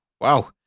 Wow